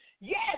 Yes